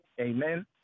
Amen